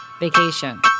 vacation